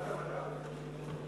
ועדת המדע?